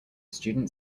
student